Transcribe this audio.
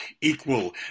equal